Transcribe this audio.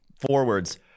forwards